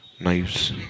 knives